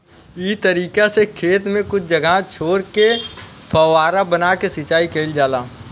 इ तरीका से खेत में कुछ जगह छोर के फौवारा बना के सिंचाई कईल जाला